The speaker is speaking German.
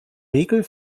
regel